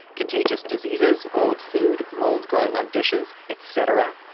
contagious diseases, old food, mold, growing on dishes, etc.